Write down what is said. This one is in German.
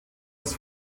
das